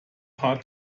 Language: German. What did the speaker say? paar